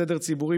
סדר ציבורי,